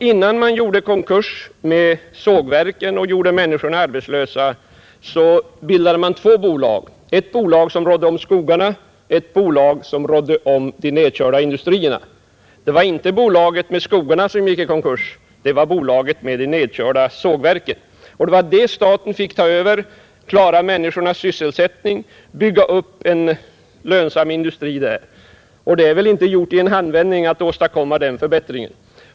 Innan man gjorde konkurs med sågverken och ställde människorna arbetslösa, bildade man två bolag: ett som rådde om skogarna och ett som rådde om de nedkörda industrierna. Det var inte bolaget med skogarna som gick i konkurs utan bolaget med de nedkörda sågverken. Det var dessa staten fick ta över, klara människornas sysselsättning genom att där bygga upp en lönsam industri. Att åstadkomma denna förbättring är inte gjort i en handvändning.